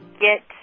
get